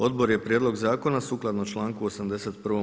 Odbor je prijedlog zakona sukladno članku 81.